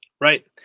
Right